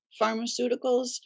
pharmaceuticals